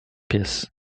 pies